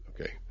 Okay